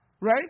right